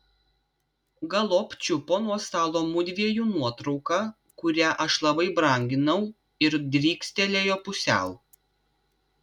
galop čiupo nuo stalo mudviejų nuotrauką kurią aš labai branginau ir drykstelėjo pusiau